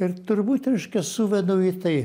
ir turbūt reiškia suvedu į tai